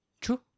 True